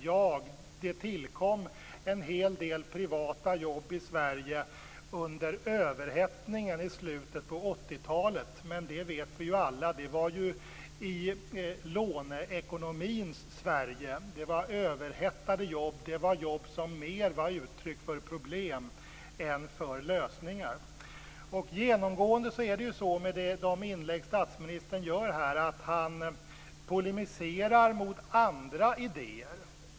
Ja, det tillkom en hel del privata jobb i Sverige under överhettningen i slutet på 80 talet. Men vi vet alla att det var i låneekonomins Sverige. Det var överhettade jobb, det var jobb som mer var uttryck för problem än för lösningar. Genomgående är det så med de inlägg statsministern gör här att han polemiserar mot andra idéer.